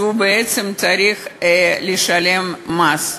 הוא בעצם צריך לשלם מס,